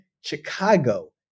Chicago